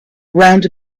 round